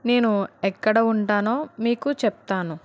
నేను ఎక్కడ ఉంటానో మీకు చెప్తాను